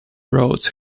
roads